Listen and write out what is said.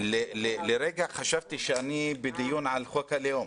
לרגע חשבתי שאני בדיון על חוק הלאום.